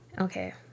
Okay